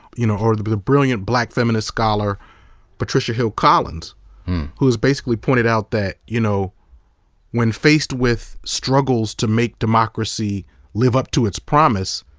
you know or the brilliant black feminist scholar patricia hill collins who has basically pointed out that you know when faced with struggles to make democracy live up to its promise,